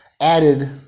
added